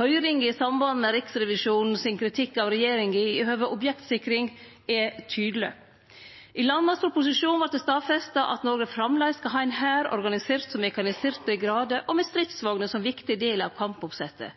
Høyringa i samband med Riksrevisjonens kritikk av regjeringa i høve til objektsikring er tydeleg. I landmaktproposisjonen vart det stadfesta at Noreg framleis skal ha ein hær organisert som mekanisert brigade og med stridsvogner som ein viktig del av kampoppsettet.